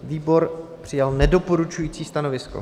Výbor přijal nedoporučující stanovisko.